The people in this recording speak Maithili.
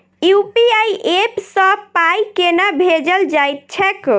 यु.पी.आई ऐप सँ पाई केना भेजल जाइत छैक?